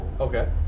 Okay